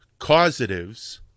causatives